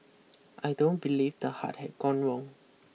I don't believe the heart had gone wrong